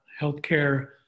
healthcare